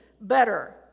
better